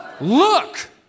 Look